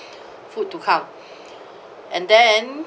food to come and then